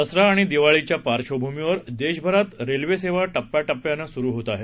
दसरा आणि दिवाळीच्या पार्श्वभूमीवर देशभरात रेल्वेसेवा टप्प्याटप्प्यानं सुरू होत आहे